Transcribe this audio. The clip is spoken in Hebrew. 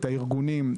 את הארגונים,